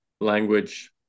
language